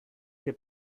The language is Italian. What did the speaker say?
che